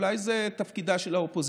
ואולי זה תפקידה של האופוזיציה.